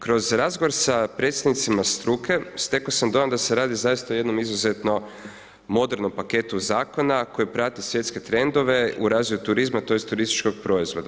Kroz razgovor sa predstavnicima struke, steko sam dojam da se radi zaista o jednom izuzetno modernom paketu zakona koji prati svjetske trendove u razvoju turizma, tj. turističkog proizvoda.